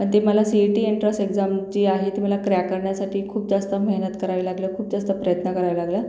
आणि ते मला सीईटी एन्ट्रस एक्झाम जी आहे ती मला क्रॅक करण्यासाठी खूप जास्त मेहनत करावी लागलं खूप जास्त प्रयत्न कराय लागला